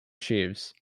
sheaves